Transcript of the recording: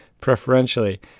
preferentially